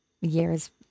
years